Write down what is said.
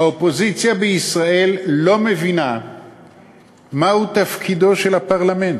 האופוזיציה בישראל לא מבינה מהו תפקידו של הפרלמנט.